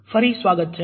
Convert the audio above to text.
ફરી સ્વાગત છે